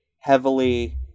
heavily